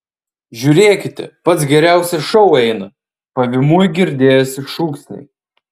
žiūrėkite pats geriausias šou eina pavymui girdėjosi šūksniai